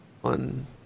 One